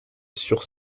sur